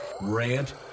rant